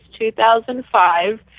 2005